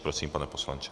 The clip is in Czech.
Prosím, pane poslanče.